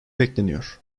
bekleniyor